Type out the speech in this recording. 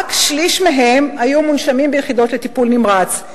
רק שליש מהם היו מונשמים ביחידות לטיפול נמרץ.